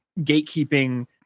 gatekeeping